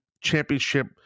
championship